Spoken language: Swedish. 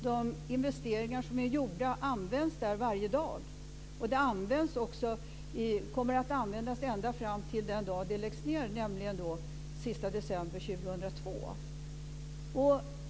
De investeringar som är gjorda används där varje dag, och de kommer att användas ända fram till den dag den läggs ned, nämligen den sista december 2002.